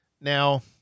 now